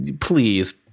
Please